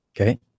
Okay